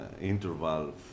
interval